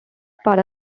part